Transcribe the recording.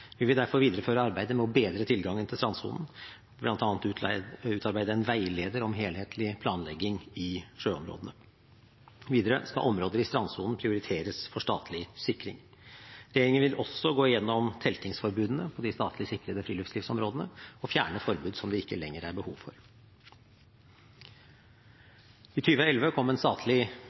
Vi vil derfor videreføre arbeidet med å bedre tilgangen til strandsonen og bl.a. utarbeide en veileder om helhetlig planlegging i sjøområdene. Videre skal områder i strandsonen prioriteres for statlig sikring. Regjeringen vil også gå igjennom teltingsforbudene på de statlig sikrede friluftsområdene og fjerne forbud som det ikke lenger er behov for. I 2011 kom en statlig